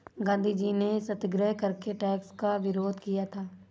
गांधीजी ने सत्याग्रह करके टैक्स का विरोध किया था